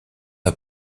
n’a